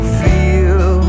feel